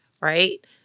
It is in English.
Right